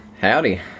Howdy